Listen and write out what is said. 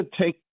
take